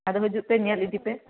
ᱟᱫᱚ ᱦᱤᱡᱩᱜ ᱯᱮ ᱧᱮᱞ ᱤᱫᱤ ᱯᱮ